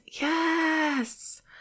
Yes